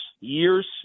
years